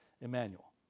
Emmanuel